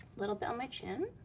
little bit on my chin.